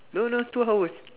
no not two hours